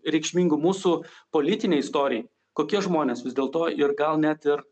reikšmingų mūsų politinei istorijai kokie žmonės vis dėlto ir gal net ir